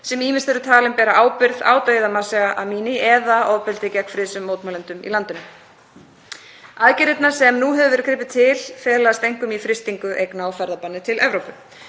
sem ýmist eru talin bera ábyrgð á dauða Mahsa Amini eða ofbeldi gegn friðsömum mótmælendum í landinu. Aðgerðirnar sem nú hefur verið gripið til felast einkum í frystingu eigna og ferðabanni til Evrópu.